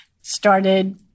started